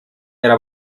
era